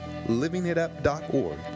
livingitup.org